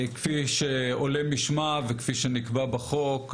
כפי שעולה משמה וכפי שנקבע בחוק,